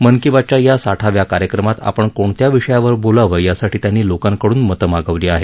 मन की बातच्या या साठाव्या कार्यक्रमात आपण कोणत्या विषयांवर बोलावं यासाठी त्यांनी लोकांकड्रन मतं मागवली आहेत